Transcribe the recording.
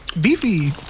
Beefy